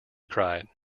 cried